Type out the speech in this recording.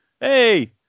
hey